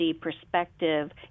perspective